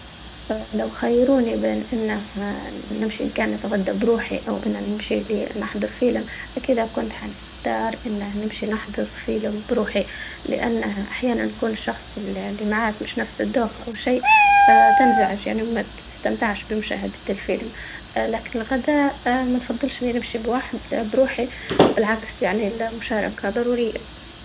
لو خيروني بين إنه نمشي مكان نتغدا بروحي أو إنه نمشي لنحضر فيلم؟ أكيد كنت حنختار إنه نمشي نحضر فيلم بروحي، لأنه أحيانا نكون الشخص اللي معك مش نفس الدوق أو شي فتنزعج يعني وما تستمتعش بمشاهدة الفيلم، لكن الغدا ما نفضلش إني نمشي لوح- بروحي بالعكس يعني المشاركة ضرورية.